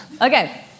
Okay